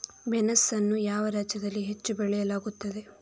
ಮೆಣಸನ್ನು ಯಾವ ರಾಜ್ಯದಲ್ಲಿ ಹೆಚ್ಚು ಬೆಳೆಯಲಾಗುತ್ತದೆ?